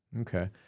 Okay